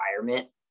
environment